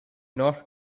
not